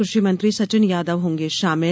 कृषि मंत्री सचिन यादव होंगे शामिल